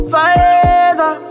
Forever